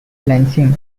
lansing